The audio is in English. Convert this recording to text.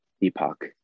epoch